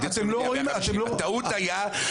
הטעות הייתה,